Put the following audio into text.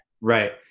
Right